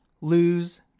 lose